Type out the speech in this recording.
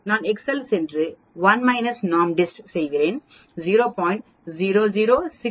நான் எக்செல் சென்று 1 minus NORMSDIST செய்வேன் 0